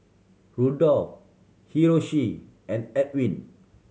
Rudolfo Hiroshi and Elwin